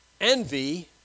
envy